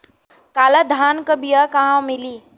काला धान क बिया कहवा मिली?